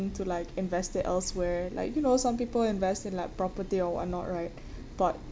into like invest it elsewhere like you know some people invest in like property or what not right but